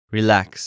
Relax